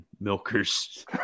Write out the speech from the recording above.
milkers